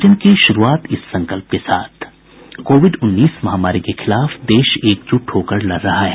bulletin की शुरूआत इस संकल्प के साथ कोविड उन्नीस महामारी के खिलाफ देश एकजुट होकर लड़ रहा है